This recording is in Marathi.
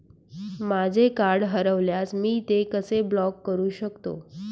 माझे कार्ड हरवल्यास मी ते कसे ब्लॉक करु शकतो?